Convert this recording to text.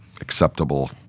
acceptable